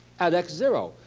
at x zero,